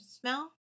smell